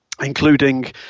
including